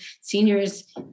seniors